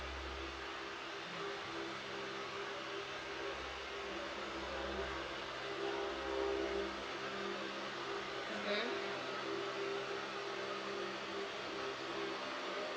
mmhmm